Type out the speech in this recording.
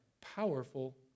powerful